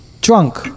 drunk